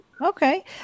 okay